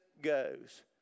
goes